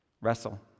Wrestle